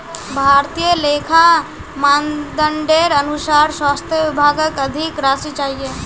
भारतीय लेखा मानदंडेर अनुसार स्वास्थ विभागक अधिक राशि चाहिए